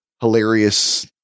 hilarious